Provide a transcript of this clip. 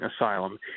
asylum